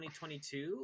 2022